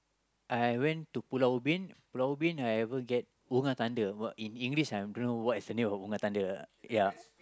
I went to Pulau-Ubin Pulau-Ubin I ever get unga tanda but in English I don't know what is the name of unga tanda ah ya